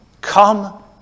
Come